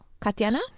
Katiana